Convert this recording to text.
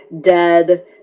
dead